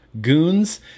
goons